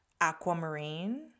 aquamarine